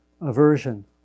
aversion